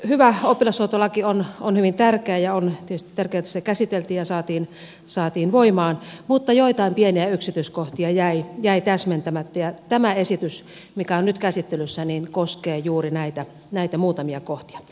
hyvä oppilashuoltolaki on hyvin tärkeä ja on tietysti tärkeää että se käsiteltiin ja saatiin voimaan mutta joitain pieniä yksityiskohtia jäi täsmentämättä ja tämä esitys mikä on nyt käsittelyssä koskee juuri näitä muutamia kohtia